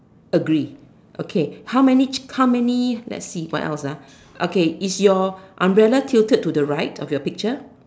agree okay how many how many let's see what else ah okay is your umbrella tilted to the right of your picture